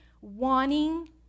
wanting